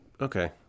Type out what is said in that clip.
Okay